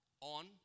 on